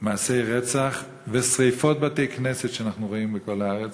מעשי רצח ושרפת בתי-כנסת, שאנחנו רואים בכל הארץ,